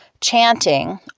chanting